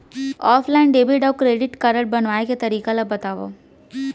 Offline debit अऊ credit card बनवाए के तरीका ल बतावव?